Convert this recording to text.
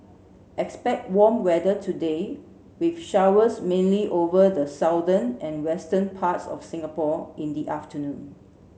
expect warm weather today with showers mainly over the southern and western parts of Singapore in the afternoon